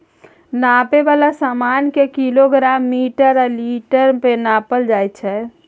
नापै बला समान केँ किलोग्राम, मीटर आ लीटर मे नापल जाइ छै